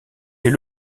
est